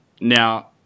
Now